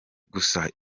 gusa